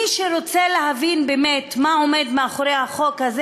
מי שרוצה להבין באמת מה עומד מאחורי החוק הזה